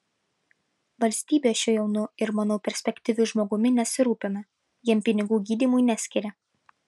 valstybė šiuo jaunu ir manau perspektyviu žmogumi nesirūpina jam pinigų gydymui neskiria